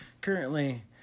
Currently